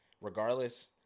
Regardless